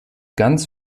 ganz